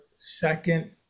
second